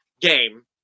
game